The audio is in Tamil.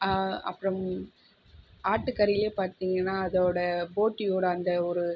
அப்புறம் ஆட்டுக்கறியில் பார்த்தீங்கன்னா அதோட போட்டியோட அந்த ஒரு